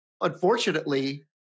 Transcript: unfortunately